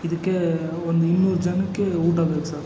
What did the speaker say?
ಇದಕ್ಕೆ ಒಂದು ಇನ್ನೂರು ಜನಕ್ಕೆ ಊಟ ಬೇಕು ಸರ್